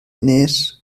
nes